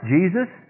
Jesus